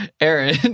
Aaron